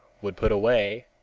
would put away,